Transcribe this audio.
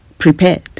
prepared